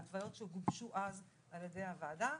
בהתוויות שגובשו אז על ידי הוועדה.